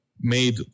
made